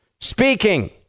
Speaking